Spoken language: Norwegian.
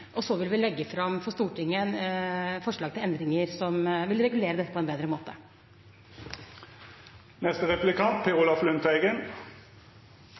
og så vil vi legge fram for Stortinget forslag til endringer som vil regulere dette på en bedre